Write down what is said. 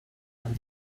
and